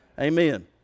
amen